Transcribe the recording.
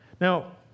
Now